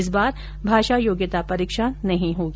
इस बार भाषा योग्यता परीक्षा नहीं होगी